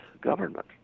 government